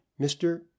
Mr